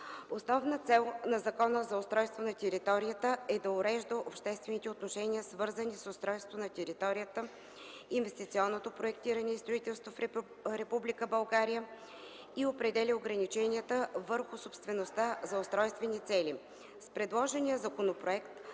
Основна цел на Закона за устройство на територията е да урежда обществените отношения, свързани с устройството на територията, инвестиционното проектиране и строителството в Република България, и определя ограниченията върху собствеността за устройствени цели. С предложения законопроект